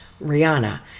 Rihanna